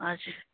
हजुर